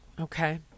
Okay